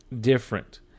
different